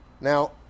Now